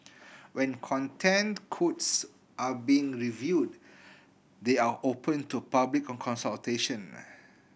when Content Codes are being reviewed they are open to public consultation